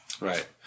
Right